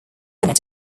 unit